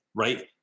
right